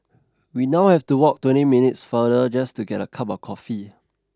we now have to walk twenty minutes farther just to get a cup of coffee